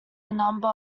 number